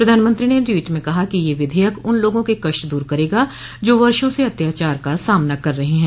प्रधानमंत्री ने ट्वीट में कहा कि यह विधेयक उन लोगों के कष्ट दूर करेगा जो वर्षों से अत्याचार का सामना कर रहे हैं